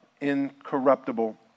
incorruptible